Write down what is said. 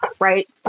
right